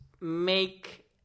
make